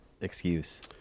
excuse